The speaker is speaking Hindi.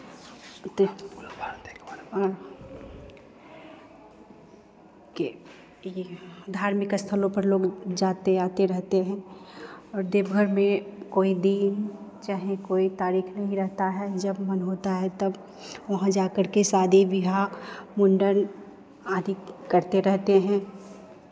धार्मिक स्थलों पर लोग जाते आते रहते हैं और देवघर में कोई दिन चाहे कोई तारीख नहीं रहता है जब मन होता है तब वहाँ जाकर के शादी बिहा मुंडन आदि करते रहते हैं